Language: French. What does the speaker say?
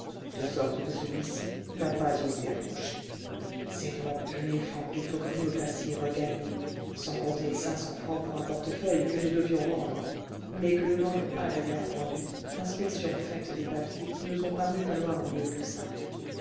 de sorte que celui-ci n'a pas osé approcher c'est donc deux mille francs qu'il faut que vous me fassiez regagner sans compter cinq cents francs pour un portefeuille que nous devions rendre mais que nous n'aurions pas d'ailleurs rendu inspection faite des papiers qui nous ont paru valoir mieux que ça